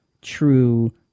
true